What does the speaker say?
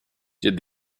did